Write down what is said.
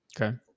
Okay